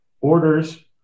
orders